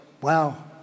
wow